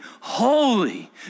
holy